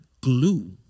glue